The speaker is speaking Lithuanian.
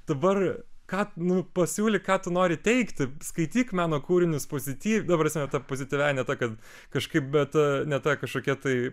dabar ką nu pasiūlyk ką tu nori teikti skaityk meno kūrinius pozityv ta prasme ta pozityviąja ne ta kad kažkaip bet ne ta kažkokia tai